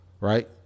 Right